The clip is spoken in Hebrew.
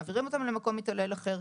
מעבירים אותם למקום מתעלל אחר.